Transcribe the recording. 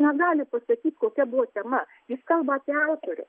negali pasakyti kokia buvo tema jis kalba apie autorius